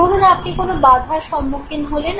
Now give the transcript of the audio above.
ধরুন আপনি কোন বাধার সম্মুখীন হলেন